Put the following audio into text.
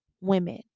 women